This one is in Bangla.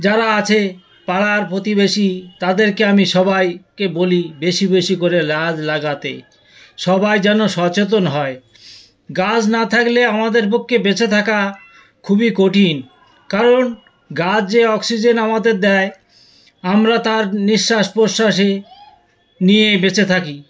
যারা আছে পাড়ার প্রতিবেশী তাদেরকে আমি সবাইকে বলি বেশি বেশি করে লাছ লাগাতে সবাই যেন সচেতন হয় গাছ না থাকলে আমাদের পক্ষে বেঁচে থাকা খুবই কঠিন কারণ গাছ যে অক্সিজেন আমাদের দেয় আমরা তা নিঃশ্বাস প্রশ্বাসে নিয়ে বেঁচে থাকি